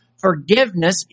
forgiveness